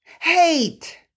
hate